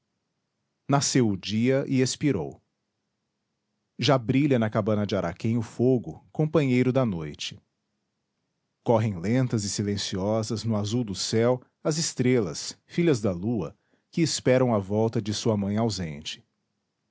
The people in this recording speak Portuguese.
o dia e expirou já brilha na cabana de araquém o fogo companheiro da noite correm lentas e silenciosas no azul do céu as estrelas filhas da lua que esperam a volta de sua mãe ausente